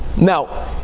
Now